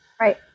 Right